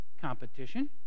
competition